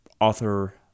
author